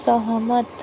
सहमत